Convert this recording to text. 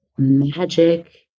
magic